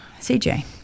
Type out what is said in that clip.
CJ